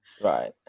Right